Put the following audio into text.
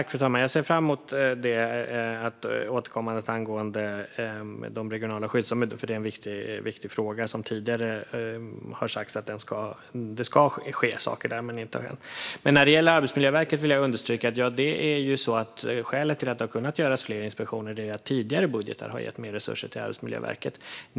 Fru talman! Jag ser fram emot att ministern återkommer angående de regionala skyddsombuden. Det är en viktig fråga. Det har tidigare sagts att det ska ske saker där, men det har inte hänt. När det gäller Arbetsmiljöverket vill jag understryka att skälet till att det har kunnat göras fler inspektioner är att tidigare budgetar har gett mer resurser till Arbetsmiljöverket.